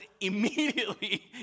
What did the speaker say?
immediately